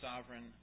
sovereign